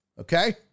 Okay